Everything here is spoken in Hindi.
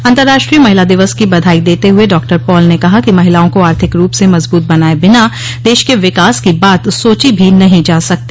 अंतर्राष्ट्रीय महिला दिवस की बधाई देते हुए डॉ पॉल ने कहा कि महिलाओं को आर्थिक रूप से मजबूत बनाए बिना देश के विकास की बात सोची भी नहीं जा सकती